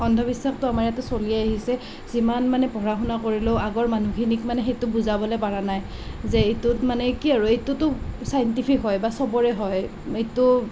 অন্ধবিশ্বাসটো আমাৰ ইয়াতে চলি আহিছে যিমান মানে পঢ়া শুনা কৰিলেও আগৰ মানুহখিনিক মানে সেইটো বুজাবলৈ পৰা নাই যে এইটোত মানে কি আৰু এইটোতো চাইন্টিফিক হয় বা সবৰে হয় এইটো